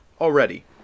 Already